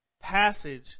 passage